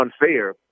unfair